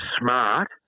smart